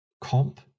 comp